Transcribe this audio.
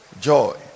joy